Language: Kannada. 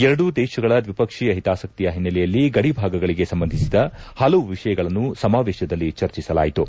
ಎರಡು ದೇಶಗಳ ದ್ವಿಪಕ್ಷೀಯ ಹಿತಾಸಕ್ತಿಯ ಹಿನ್ನೆಲೆಯಲ್ಲಿ ಗಡಿ ಭಾಗಗಳಿಗೆ ಸಂಬಂಧಿಸಿದ ಹಲವು ವಿಷಯಗಳನ್ನು ಸಮಾವೇಶದಲ್ಲಿ ಚರ್ಚಿಸಲಾಯಿತು